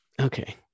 okay